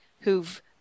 who've